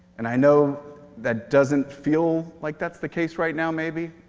and i know that doesn't feel like that's the case right now, maybe.